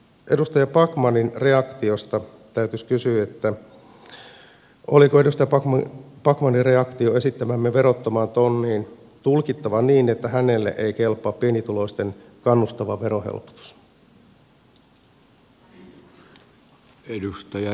edustaja backmanin reaktiosta täytyisi kysyä että oliko edustaja backmanin reaktio esittämäämme verottomaan tonniin tulkittava niin että hänelle ei kelpaa pienituloisten kannustava verohelpotus